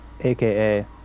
aka